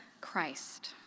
Christ